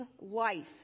life